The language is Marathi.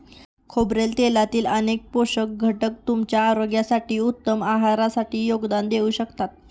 खोबरेल तेलातील अनेक पोषक घटक तुमच्या आरोग्यासाठी, उत्तम आहारासाठी योगदान देऊ शकतात